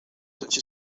such